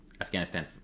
Afghanistan